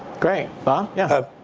great, bob. yeah